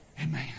Amen